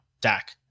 Dak